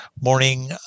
morning